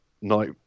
Night